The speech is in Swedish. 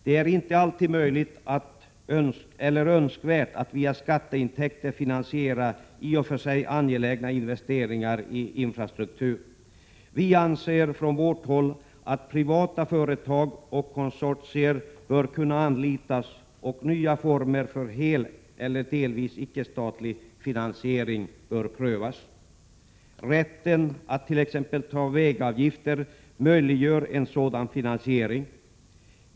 Det är inte alltid möjligt eller önskvärt att via skatteintäkter finansiera i och för sig angelägna investeringar i infrastruktur. Vi anser i folkpartiet att privata företag och konsortier bör kunna anlitas och nya former för hel eller delvis icke-statlig finansiering prövas. Rätten att t.ex. ta ut vägavgifter möjliggör en sådan finansiering.